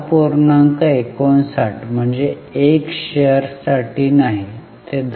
59 म्हणजे ते 1 शेअर्स साठी नाही ते 10